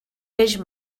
peix